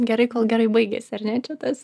gerai kol gerai baigėsi ar ne čia tas